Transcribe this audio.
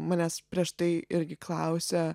manęs prieš tai irgi klausė